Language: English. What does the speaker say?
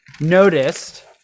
noticed